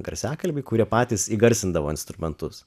garsiakalbiai kurie patys įgarsindavo instrumentus